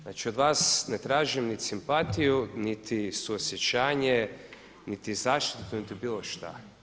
Znači od vas ne tražim niti simpatiju, niti suosjećanje, niti zaštitu, niti bilo što.